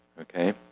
okay